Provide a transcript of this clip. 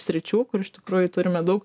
sričių kur iš tikrųjų turime daug